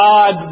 God